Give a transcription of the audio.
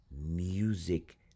music